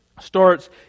starts